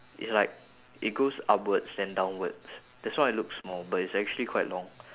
it's like it goes upwards then downwards that's why it looks small but it's actually quite long